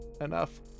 enough